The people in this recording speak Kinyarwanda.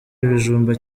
ibijumba